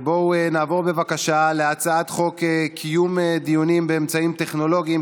בואו נעבור בבקשה להצעת חוק קיום דיונים באמצעים טכנולוגיים,